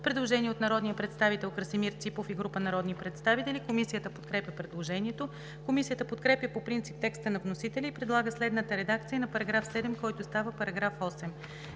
Предложение от народния представител Красимир Ципов и група народни представители. Комисията подкрепя предложението. Комисията подкрепя по принцип текста на вносителя и предлага следната редакция на § 7, който става § 8: „§ 8.